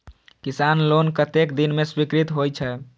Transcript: किसान लोन कतेक दिन में स्वीकृत होई छै?